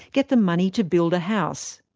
get the money to build a house.